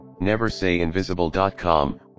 neversayinvisible.com